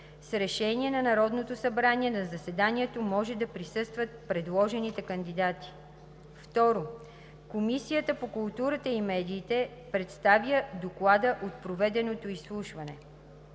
С решение на Народното събрание на заседанието може да присъстват предложените кандидати. 2. Комисията по културата и медиите представя доклада от проведеното изслушване.